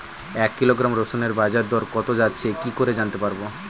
এক কিলোগ্রাম রসুনের বাজার দর কত যাচ্ছে কি করে জানতে পারবো?